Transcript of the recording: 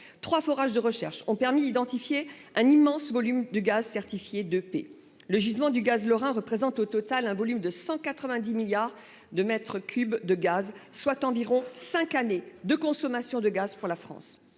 mois. 3 forages de recherche ont permis d'identifier un immense volume du gaz certifié de paix le gisement du gaz lorrain représente au total un volume de 190 milliards de mètres cubes de gaz, soit environ 5 années de consommation de gaz pour la France